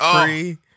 free